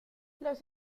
los